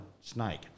snake